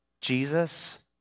Jesus